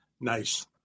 nice